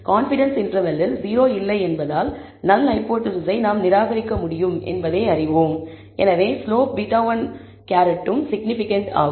confidence இன்டர்வெல்லில் 0 இல்லை என்பதால் நல் ஹைபோதேசிஸ்ஸை நாம் நிராகரிக்க முடியும் என்பதை நாம் அறிவோம் எனவே ஸ்லோப் β̂1வும் சிக்னிபிகன்ட் ஆகும்